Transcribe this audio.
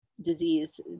disease